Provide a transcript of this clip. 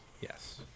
Yes